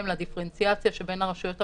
לדיפרנציאציה שבין הרשויות המקומיות,